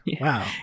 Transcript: Wow